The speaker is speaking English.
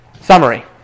Summary